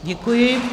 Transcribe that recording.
Děkuji.